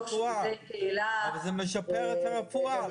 אבל זה משפר את הרפואה.